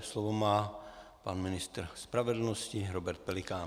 Slovo má pan ministr spravedlnosti Robert Pelikán.